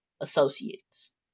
associates